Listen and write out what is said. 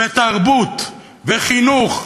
ותרבות וחינוך.